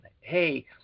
hey